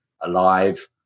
alive